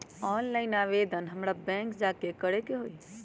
Online आवेदन हमरा bank जाके करे के होई?